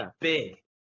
big